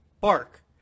bark